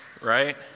right